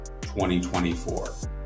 2024